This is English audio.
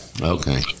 Okay